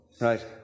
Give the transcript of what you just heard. Right